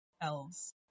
elves